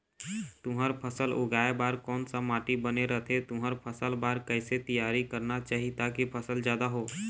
तुंहर फसल उगाए बार कोन सा माटी बने रथे तुंहर फसल बार कैसे तियारी करना चाही ताकि फसल जादा हो?